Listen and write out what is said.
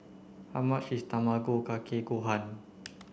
how much is Tamago Kake Gohan